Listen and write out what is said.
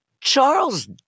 Charles